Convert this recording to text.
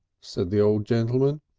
said the old gentleman.